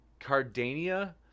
Cardania